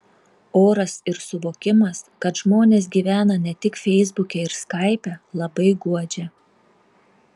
oras ir suvokimas kad žmonės gyvena ne tik feisbuke ir skaipe labai guodžia